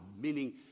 meaning